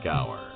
Hour